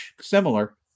similar